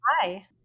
Hi